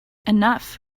enough